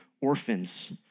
orphans